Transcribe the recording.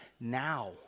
now